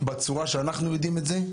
בצורה שאנחנו יודעים את זה,